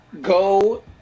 go